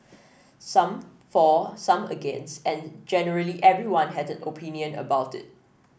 some for some against and generally everyone has a opinion about it